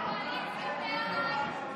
ההצעה להעביר את הצעת חוק הכנסת (תיקון,